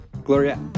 Gloria